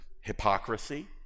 Hypocrisy